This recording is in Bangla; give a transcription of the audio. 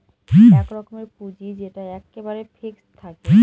এক রকমের পুঁজি যেটা এক্কেবারে ফিক্সড থাকে